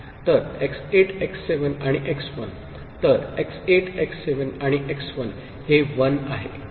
तर x 8 x7 आणि x1 तर x 8 x 7 आणि 1 हे 1 आहे